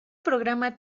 programa